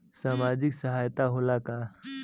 सामाजिक सहायता होला का?